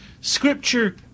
Scripture